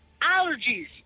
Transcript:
allergies